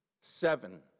Seven